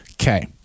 Okay